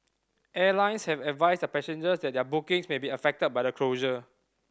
airlines have advised their passengers that their bookings may be affected by the closure